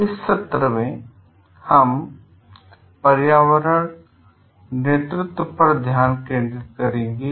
इस सत्र में हम पर्यावरण नेतृत्व पर ध्यान केंद्रित करेंगे